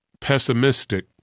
pessimistic